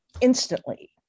instantly